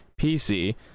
PC